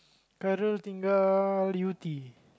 Khairul tinggal Yew-Tee